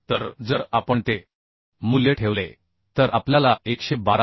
तर जर आपण ते मूल्य ठेवले तर आपल्याला 112